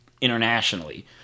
internationally